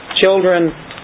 children